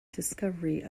discovery